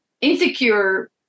insecure